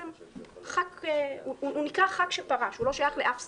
נקרא חבר כנסת שפרש והוא לא שייך לאף סיעה.